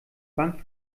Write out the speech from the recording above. bank